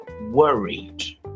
worried